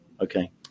okay